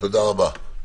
תודה רבה.